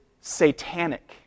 satanic